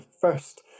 first